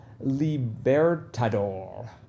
Libertador